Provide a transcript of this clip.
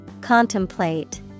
contemplate